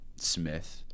Smith